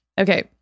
Okay